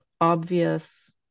obvious